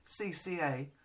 CCA